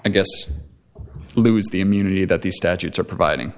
i guess lose the immunity that these statutes are providing